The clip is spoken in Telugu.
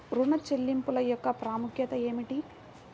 ఋణ చెల్లింపుల యొక్క ప్రాముఖ్యత ఏమిటీ?